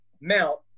mount